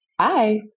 Hi